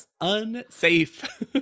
Unsafe